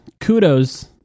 kudos